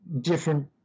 different